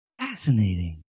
fascinating